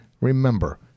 remember